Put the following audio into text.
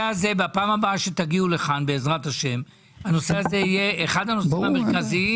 בפעם הבאה שתגיעו לכאן בעזרת השם הנושא הזה יהיה אחד הנושאים המרכזיים.